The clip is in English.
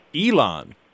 Elon